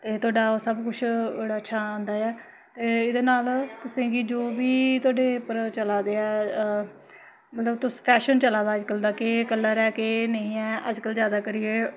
ते तोआड़ा ओह् सब कुछ बड़ा अच्छा आंदा ऐ ते एह्दे नाल तुसेंगी जो बी तोआड़े उप्पर बी चला दे ऐ मतलब तुस फैशन चला दा अज्जकल दा केह् कलर ऐ केह् नेईं ऐ अज्जकल जादा करियै